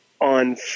on